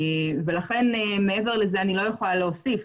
ולכן מעבר לזה אני לא יכולה להוסיף,